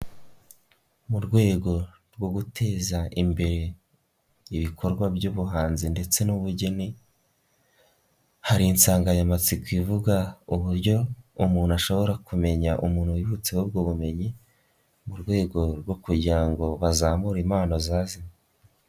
Mu rwego rwo guteza imbere ibikorwa by'ubuhanzi ndetse n'ubugeni hari insanganyamatsiko ivuga uburyo umuntu ashobora kumenya umuntu wibitseho ubwo bumenyi mu rwego rwo kugira ngo bazamure impano zazimye.